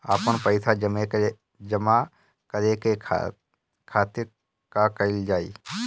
आपन पइसा जमा करे के खातिर का कइल जाइ?